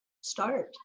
start